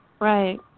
Right